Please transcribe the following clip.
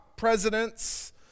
presidents